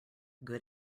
good